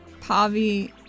Pavi